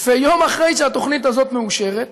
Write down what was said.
ויום אחרי שהתוכנית הזאת מאושרת,